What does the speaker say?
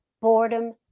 boredom